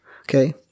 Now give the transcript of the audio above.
Okay